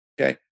Okay